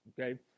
Okay